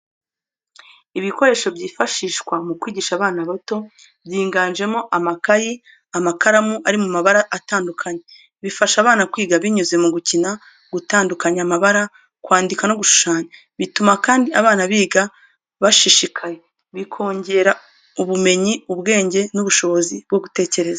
Ibikoresho byifashishwa mu kwigisha abana bato, byiganjemo amakayi, amakaramu ari mu mabara atandukanye, bifasha abana kwiga binyuze mu gukina, gutandukanya amabara, kwandika no gushushanya. Bituma kandi abana biga bashishikaye, bikongera ubumenyi, ubwenge n’ubushobozi bwo gutekereza.